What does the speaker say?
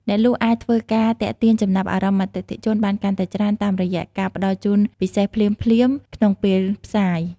អ្នកលក់អាចធ្វើការទាក់ទាញចំណាប់អារម្មណ៍អតិថិជនបានកាន់តែច្រើនតាមរយៈការផ្តល់ជូនពិសេសភ្លាមៗក្នុងពេលផ្សាយ។